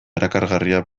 erakargarria